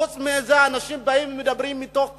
חוץ מזה, אנשים באים ומדברים מתוך תוכם,